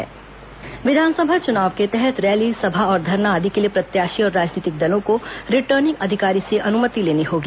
निर्वाचन आयोग रैली धरना विधानसभा चुनाव के तहत रैली सभा और धरना आदि के लिए प्रत्याशी और राजनीतिक दलों को रिटर्निंग अधिकारी से अनुमति लेनी होगी